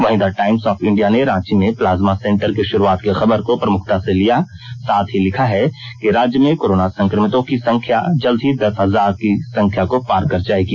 वहीं the Times of India ने रांची में प्लाज्मा सेंटर की शुरूआत की खबर को प्रमुखता से लिया साथ ही लिखा है कि राज्य में कोरोना संकमितों की संख्या जल्द ही दस हजार की संख्या को पार कर जायेगी